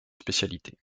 spécialité